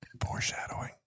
foreshadowing